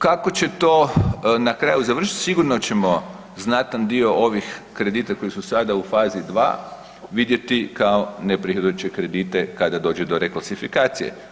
Kako će to na kraju završiti sigurno ćemo znatan dio ovih kredita koji su sada u fazi 2 vidjeti kao neprihodujuće kredite kada dođe do reklasifikacije.